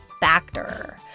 Factor